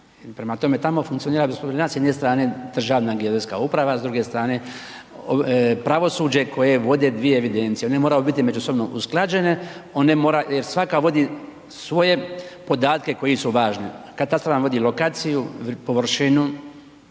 prema tome, tamo funkcionira bez problema, s jedne strane Državna geodetska uprava, s druge strane pravosuđe koje vode 2 evidencije, one moraju biti međusobno usklađene jer svaka vodi svoje podatke koji su važni, katastar vam vodi lokaciju, površinu,